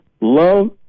love